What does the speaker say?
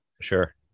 Sure